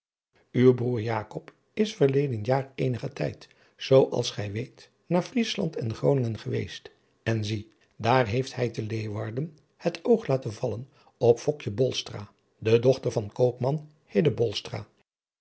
uw broêr jakob is verleden jaar eenigen tijd zoo als gij weet naar vriesland en groningen geweest en zie daar heeft hij te leeuwarden het oog laten vallen op fokje bolstra de dochter van